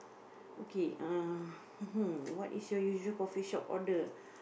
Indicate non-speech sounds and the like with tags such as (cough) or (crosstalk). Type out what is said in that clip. okay uh (noise) what is your usual coffee shop order